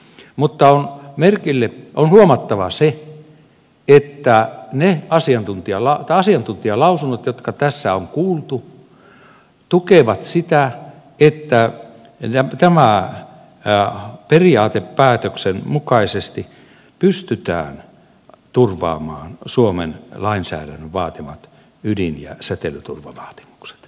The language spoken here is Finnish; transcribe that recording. mutta on huomattava se että asiantuntijalausunnot jotka tässä on kuultu tukevat sitä että tämän periaatepäätöksen mukaisesti pystytään turvaamaan suomen lainsäädännön vaatimat ydin ja säteilyturvavaatimukset